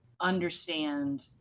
understand